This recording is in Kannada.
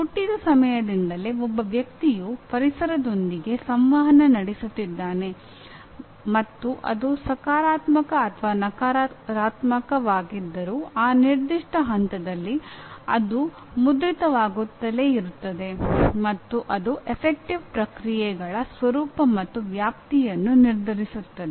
ಹುಟ್ಟಿದ ಸಮಯದಿಂದಲೇ ಒಬ್ಬ ವ್ಯಕ್ತಿಯು ಪರಿಸರದೊಂದಿಗೆ ಸಂವಹನ ನಡೆಸುತ್ತಿದ್ದಾನೆ ಮತ್ತು ಅದು ಸಕಾರಾತ್ಮಕ ಅಥವಾ ನಕಾರಾತ್ಮಕವಾಗಿದ್ದರೂ ಆ ನಿರ್ದಿಷ್ಟ ಹಂತದಲ್ಲಿ ಅದು ಮುದ್ರಿತವಾಗುತ್ತಲೇ ಇರುತ್ತದೆ ಮತ್ತು ಅದು ಅಫೆಕ್ಟಿವ್ ಪ್ರತಿಕ್ರಿಯೆಗಳ ಸ್ವರೂಪ ಮತ್ತು ವ್ಯಾಪ್ತಿಯನ್ನು ನಿರ್ಧರಿಸುತ್ತದೆ